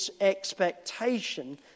expectation